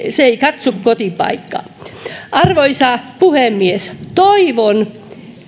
se ei katso kotipaikkaa arvoisa puhemies toivon